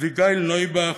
אביגיל נויבך,